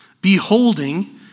Beholding